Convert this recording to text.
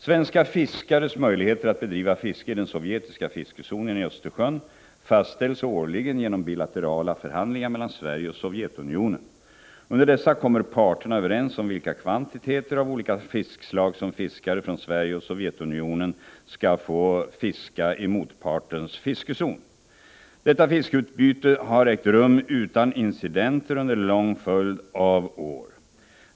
Svenska fiskares möjligheter att bedriva fiske i den sovjetiska fiskezonen i Östersjön fastställs årligen genom bilaterala förhandlingar mellan Sverige och Sovjetunionen. Under dessa kommer parterna överens om vilka kvantiteter av olika fiskeslag som fiskare från Sverige och Sovjetunionen skall få fiska i motpartens fiskezon. Detta fiskeutbyte har ägt rum utan incidenter under en lång följd av år.